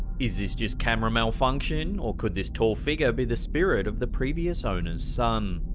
is this just camera malfunction? or could this tall figure be the spirit of the previous owner's son?